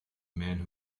man